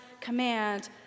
command